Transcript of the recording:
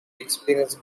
experience